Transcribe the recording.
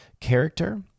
character